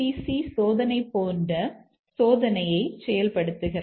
C சோதனை போன்ற சோதனையை செயல்படுத்துகிறது